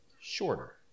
shorter